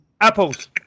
Apples